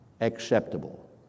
acceptable